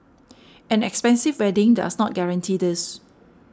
an expensive wedding does not guarantee this